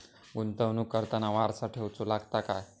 गुंतवणूक करताना वारसा ठेवचो लागता काय?